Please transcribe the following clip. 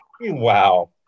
Wow